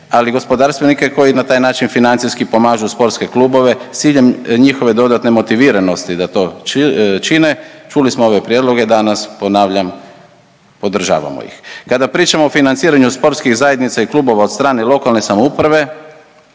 ali gospodarstvenike koji na taj način financijski pomažu sportske klubove s ciljem njihove dodatne motiviranosti da to čine čuli smo ove prijedloge danas, ponavljam podražavamo ih. Kada pričamo o financiranju sportskih zajednica i klubova od strane lokalne samouprave